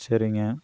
சரிங்க